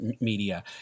media